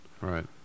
Right